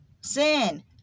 Sin